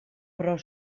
però